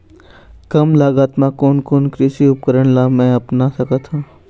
कम लागत मा कोन कोन कृषि उपकरण ला मैं अपना सकथो?